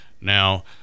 Now